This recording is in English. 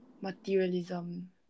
materialism